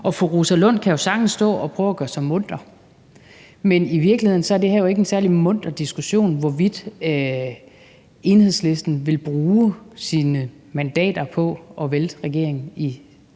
Og fru Rosa Lund kan jo sagtens stå og prøve at gøre sig munter, men i virkeligheden er det her jo ikke en særlig munter diskussion, altså om, hvorvidt Enhedslisten i yderste konsekvens vil bruge sine mandater på at vælte regeringen på den